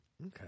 Okay